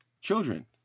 children